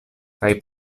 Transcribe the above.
kaj